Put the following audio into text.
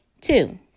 Two